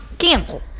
Cancel